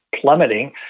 plummeting